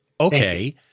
okay